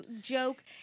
joke